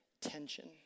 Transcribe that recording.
tension